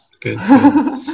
good